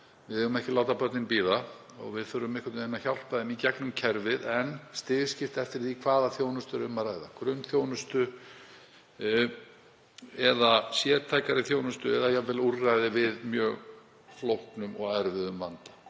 Við eigum ekki láta börnin bíða og við þurfum að hjálpa þeim í gegnum kerfið en stigskipt eftir því hvaða þjónustu er um að ræða; grunnþjónustu, sértækari þjónustu eða jafnvel úrræði við mjög flóknum og erfiðum vanda.